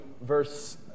verse